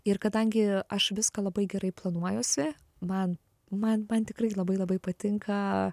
ir kadangi aš viską labai gerai planuojuosi man man man tikrai labai labai patinka